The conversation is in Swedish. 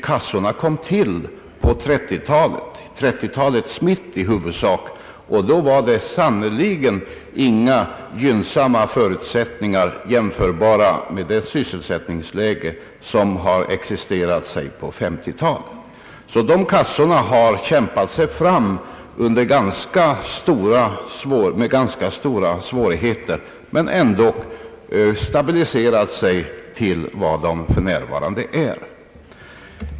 Kassorna kom nämligen till i mitten av 1930-talet, och då förelåg det sannerligen inga gynnsamma förutsättningar jämförbara med det sysselsättningsläge som har existerat t.ex. under 1950-talet. De kassorna har alltså kämpat sig fram under ganska stora svårigheter, men de har ändå stabiliserat sig till vad de för närvarande är.